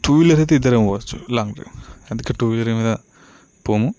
two wheeler అయితే ఇద్దరం పోవచ్చు లాంగ్ డ్రైవ్ అందుకే టూ వీలర్లో మీద పోము